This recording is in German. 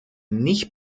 nicht